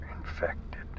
infected